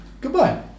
Goodbye